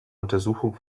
untersuchung